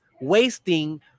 wasting